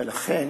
ולכן,